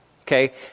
Okay